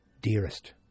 dearest